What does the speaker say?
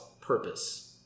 purpose